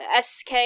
SK